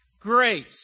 grace